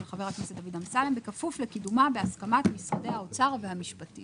של חבר הכנסת דוד אמסלם בכפוף לקידומה בהסכמת משרדי האוצר והמשפטים.